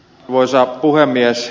arvoisa puhemies